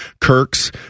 Kirks